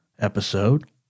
episode